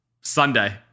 sunday